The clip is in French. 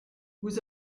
vous